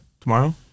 tomorrow